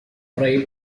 frail